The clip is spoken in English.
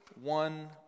one